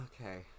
Okay